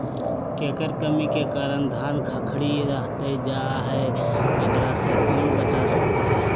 केकर कमी के कारण धान खखड़ी रहतई जा है, एकरा से कैसे बचा सको हियय?